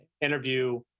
interview